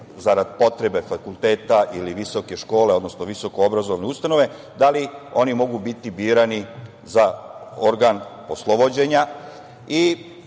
zarad potrebe fakulteta ili visoke škole, odnosno visokoobrazovne ustanove, da li oni mogu biti birani za organ poslovođenja.